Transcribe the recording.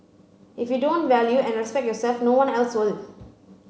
if you don't value and respect yourself no one else will